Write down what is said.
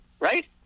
Right